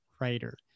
writer